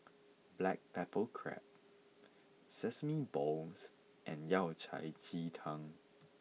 Black Pepper Crab Sesame Balls and Yao Cai Ji Tang